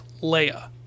Leia